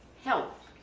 health